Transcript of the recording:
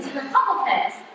Republicans